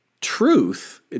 truth